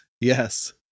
Yes